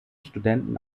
studenten